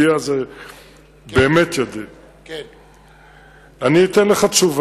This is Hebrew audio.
יש התייחסות --- בטח,